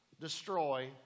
destroy